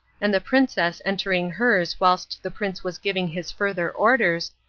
and the princess entering hers whilst the prince was giving his further orders,